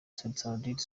saudite